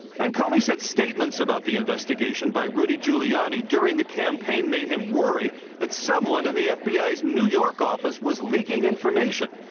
and comey said statements about the investigation by rudy giuliani during the campaign made him worry that someone in the fbi's new york office was leaking information.